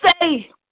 say